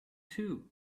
too